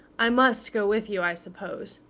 i must go with you, i suppose.